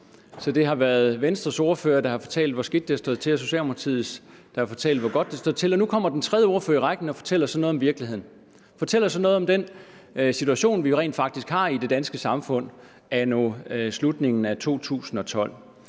så det har været Venstres ordfører, der har fortalt, hvor skidt det har stået til, og Socialdemokratiets ordfører, der har fortalt, hvor godt det har stået til. Og nu kommer den tredje ordfører i rækken og fortæller noget om virkeligheden; fortæller noget om den situation, vi rent faktisk har i det danske samfund ved slutningen af 2012.